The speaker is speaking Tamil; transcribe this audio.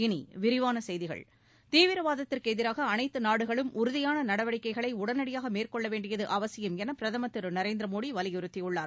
இனி விரிவான செய்திகள் தீவிரவாதத்திற்கு எதிராக அனைத்து நாடுகளும் உறுதியான நடவடிக்கைகளை உடனடியாக மேற்கொள்ள வேண்டியது அவசியம் என பிரதமர் திரு நரேந்திர் மோடி வலியுறுத்தியுள்ளார்